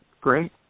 Great